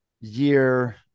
year